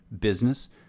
business